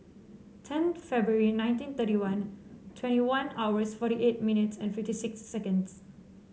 ten February nineteen thirty one twenty one hours forty eight minutes and fifty six seconds